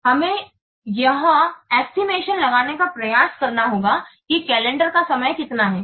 तो हमें यहां एस्टिमेशन लगाने का प्रयास करना होगा कि कैलेंडर का समय कितना है